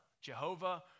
Jehovah